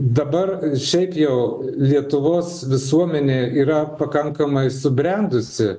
dabar ir šiaip jau lietuvos visuomenė yra pakankamai subrendusi